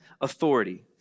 authority